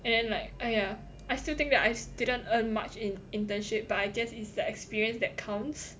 and then like !aiya! I still think that I didn't earn much in internship but I guess it's the experience that counts